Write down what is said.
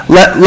Let